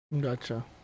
Gotcha